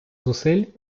зусиль